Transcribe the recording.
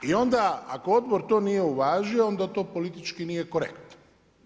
I onda ako odbor to nije uvažio, onda to politički nije korektno.